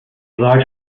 large